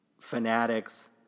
fanatics